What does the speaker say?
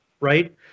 right